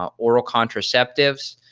um oral contraceptives,